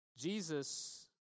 Jesus